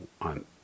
on